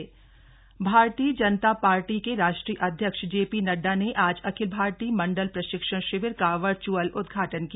ज्रेपी नइडा भारतीय जनता पार्टी के राष्ट्रीय अध्यक्ष जेपी नड्डा ने आज अखिल भारतीय मंडल प्रशिक्षण शिविर का वर्च्अल उद्घाटन किया